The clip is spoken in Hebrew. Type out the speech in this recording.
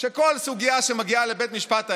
שכל סוגיה שמגיעה לבית המשפט העליון,